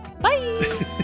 Bye